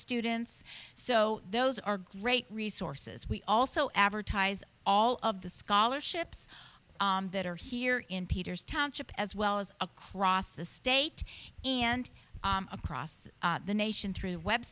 students so those are great resources we also advertise all of the scholarships that are here in peter's township as well as across the state and across the nation through